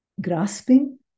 grasping